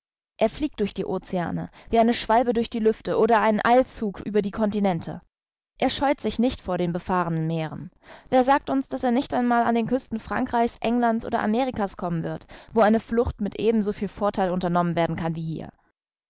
er fliegt durch die oceane wie eine schwalbe durch die lüfte oder ein eilzug über die continente er scheut sich nicht vor den befahrenen meeren wer sagt uns daß er nicht einmal an die küsten frankreichs englands oder amerika's kommen wird wo eine flucht mit eben so viel vortheil unternommen werden kann wie hier